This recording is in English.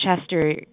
Chester